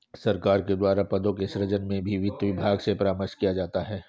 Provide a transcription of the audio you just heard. सरकार के द्वारा पदों के सृजन में भी वित्त विभाग से परामर्श किया जाता है